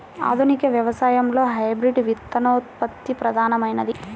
ఆధునిక వ్యవసాయంలో హైబ్రిడ్ విత్తనోత్పత్తి ప్రధానమైనది